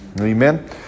Amen